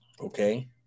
Okay